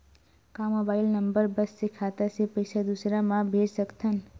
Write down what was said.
का mobile number बस से खाता से पईसा दूसरा मा भेज सकथन?